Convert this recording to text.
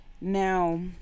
Now